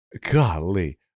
Golly